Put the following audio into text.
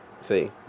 see